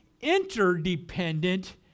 interdependent